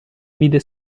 vide